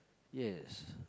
yes